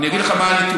אני אגיד לך מה הנתונים.